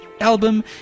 Album